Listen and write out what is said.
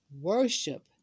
worship